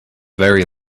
very